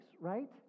right